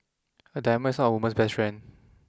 a diamond is not a woman's best friend